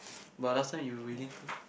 but last time you willing to